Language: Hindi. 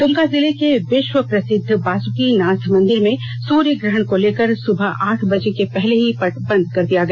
दुमका जिले के विश्व प्रसिद्ध बासुकिनाथ मंदिर में सूर्य ग्रहण को लेकर सुबह आठ बजे के पहले ही पट बंद कर दिया गया